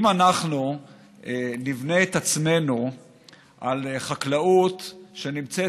אם אנחנו נבנה את עצמנו על חקלאות שנמצאת,